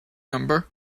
number